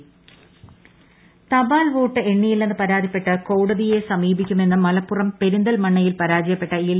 തപാൽ വോട്ട് പരാതി തപാൽവോട്ട് എണ്ണിയില്ലെന്ന് പരാത്രീപ്പെട്ട് കോടതിയെ സമീപിക്കുമെന്ന് മലപ്പുറം പെര്യിന്ത്ർമണ്ണയിൽ പരാജയപ്പെട്ട എൽ